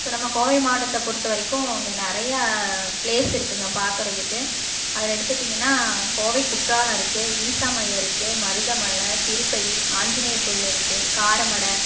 இப்போ நம்ம கோவை மாவட்டத்தை பொறுத்த வரைக்கும் இங்கே நிறையா பிளேஸுருக்குங்க பாக்கிறதுக்கு அதில் எடுத்துட்டீங்கனா கோவை குற்றாலாமிருக்கு ஈசா மையம் இருக்கு மருதமலை திருப்பதி ஆஞ்சநேயர் கோவில் இருக்கு காரமடை